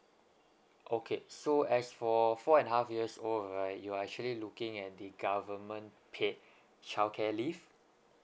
okay so as for four and half years old right you are actually looking at the government paid childcare leave